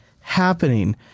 happening